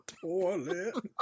toilet